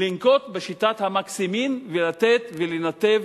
לנקוט את שיטת ה"מקסימין" ולתת ולנתב